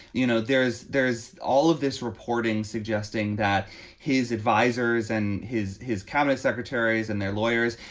you know, there's there's all of this reporting suggesting that his advisors and his his cabinet secretaries and their lawyers,